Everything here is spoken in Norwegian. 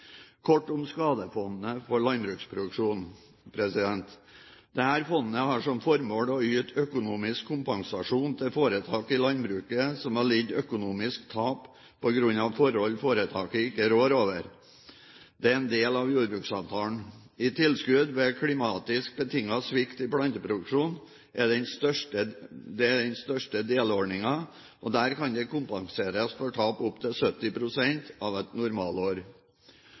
Kort om Skadefondet for landbruksproduksjon: Dette fondet har som formål å yte økonomisk kompensasjon til foretak i landbruket som har lidd økonomisk tap på grunn av forhold foretaket ikke rår over. Dette er en del av jordbruksavtalen. Tilskudd ved klimatisk betinget svikt i planteproduksjon er den største delordningen, der det kan kompenseres for tap opptil 70 pst. av et